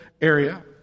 area